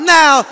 now